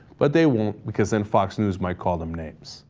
but they won't because in fox news my column names